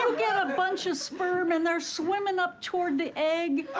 get a bunch a sperm, and they're swimming up toward the egg,